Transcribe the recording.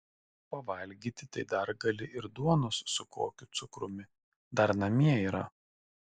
pavalgyti tai dar gali ir duonos su kokiu cukrumi dar namie yra